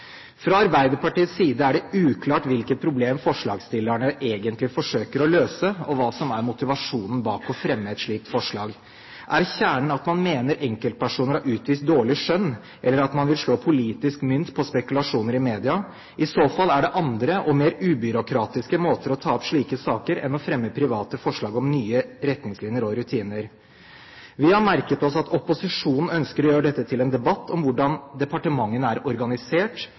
Fra Arbeiderpartiets side er det uklart hvilket problem forslagsstillerne egentlig forsøker å løse, og hva som er motivasjonen for å fremme et slikt forslag. Er kjernen at man mener at enkeltpersoner har utvist dårlig skjønn, eller er det at man vil slå politisk mynt på spekulasjoner i media? I så fall er det andre og mer ubyråkratiske måter å ta opp slike saker på enn å fremme private forslag om nye retningslinjer og rutiner. Vi har merket oss at opposisjonen ønsker å gjøre dette til en debatt om hvordan departementene er organisert